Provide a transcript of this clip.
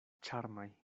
ĉarmaj